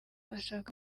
ashaka